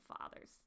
fathers